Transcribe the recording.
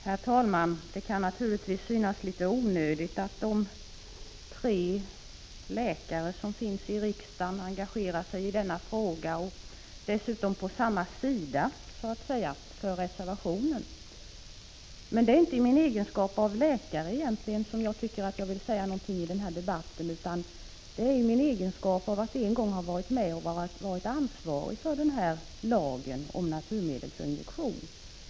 Herr talman! Det kan naturligtvis synas litet onödigt att de tre läkare som finns i riksdagen engagerar sig i denna fråga, och dessutom så att säga på samma sida, för reservationen. Men det är egentligen inte i min egenskap av läkare som jag tycker att jag vill säga någonting i den här debatten, utan därför att jag en gång har varit medansvarig för lagen om naturmedel för injektion.